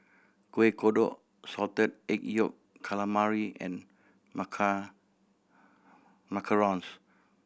Kueh Kodok Salted Egg Yolk Calamari and macarons